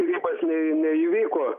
skyrybos ne neįvyko